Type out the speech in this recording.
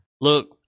look